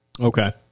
okay